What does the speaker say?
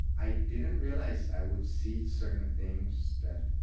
i didn't realize i would see certain things that,